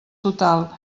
total